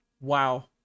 Wow